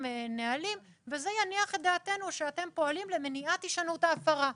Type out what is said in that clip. נהלים וזה יניח את דעתנו שאתם פועלים למניעת הישנות ההפרה.